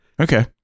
Okay